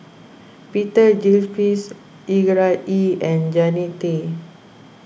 Peter Gilchrist Gerard Ee and Jannie Tay